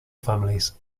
families